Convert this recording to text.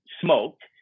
smoked